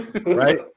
right